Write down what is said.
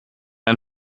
ein